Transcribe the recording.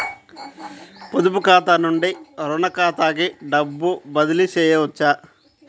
పొదుపు ఖాతా నుండీ, రుణ ఖాతాకి డబ్బు బదిలీ చేయవచ్చా?